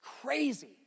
crazy